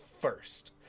first